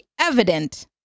evident